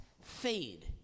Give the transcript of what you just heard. fade